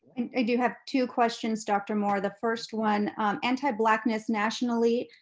i do have two questions, dr. moore. the first one, anti-blackness nationally,